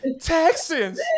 texans